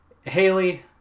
Haley